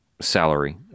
salary